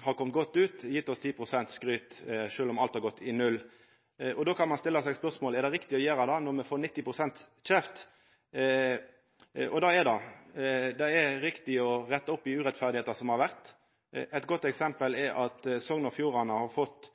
har kome godt ut, gitt oss 10 pst. skryt – sjølv om alt har gått i null. Då kan ein stilla seg spørsmålet: Er det riktig å gjera det, når me får 90 pst. kjeft? Det er det. Det er riktig å retta opp i den urettferda som har vore. Eit godt eksempel er at Sogn og Fjordane har fått